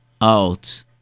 out